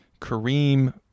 Kareem